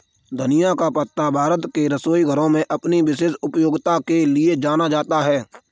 धनिया का पत्ता भारत के रसोई घरों में अपनी विशेष उपयोगिता के लिए जाना जाता है